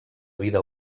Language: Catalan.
vida